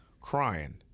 Crying